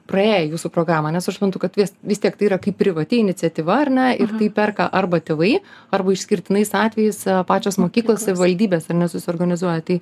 praėję jūsų programą nes aš suprantu kad vis vis tiek tai yra kaip privati iniciatyva ar ne ir tai perka arba tėvai arba išskirtinais atvejais pačios mokyklos savivaldybės ar ne susiorganizuoja tai